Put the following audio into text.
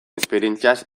esperientziaz